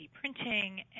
printing